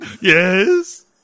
Yes